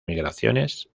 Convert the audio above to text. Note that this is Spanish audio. migraciones